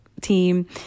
team